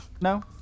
no